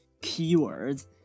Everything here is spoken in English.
keywords